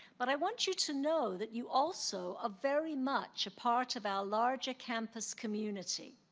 but i want you to know that you also ah very much a part of our larger campus community.